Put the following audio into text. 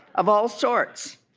of all sorts,